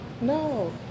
No